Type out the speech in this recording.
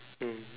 mm